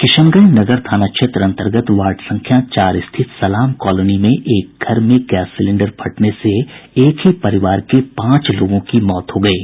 किशनगंज नगर थाना क्षेत्र अन्तर्गत वार्ड संख्या चार स्थित सलाम कॉलोनी में एक घर में गैस सिलेंडर फटने से एक ही परिवार के पांच लोगों की मौत हो गयी